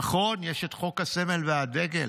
נכון, יש חוק הסמל והדגל,